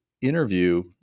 interview